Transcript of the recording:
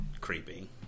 creepy